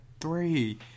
three